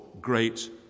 great